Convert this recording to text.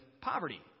poverty